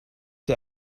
der